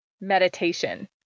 meditation